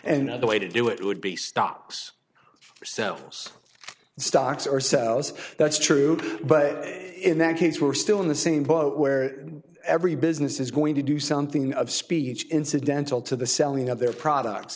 another way to do it would be stops or sells stocks ourselves that's true but in that case we're still in the same boat where every business is going to do something of speech incidental to the selling of their products